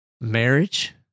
marriage